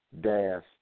dash